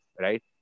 right